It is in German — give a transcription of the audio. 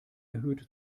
erhöht